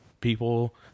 people